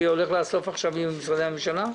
אני הולך לאסוף עכשיו כסף ממשרדי הממשלה.